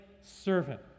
servant